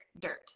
dirt